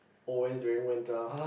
always during winter